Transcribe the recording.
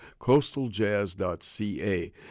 coastaljazz.ca